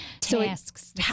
tasks